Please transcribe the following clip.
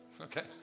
Okay